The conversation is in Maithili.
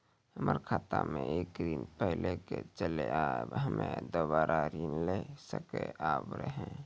हमर खाता मे एक ऋण पहले के चले हाव हम्मे दोबारा ऋण ले सके हाव हे?